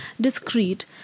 discreet